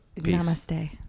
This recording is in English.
Namaste